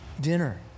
dinner